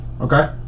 Okay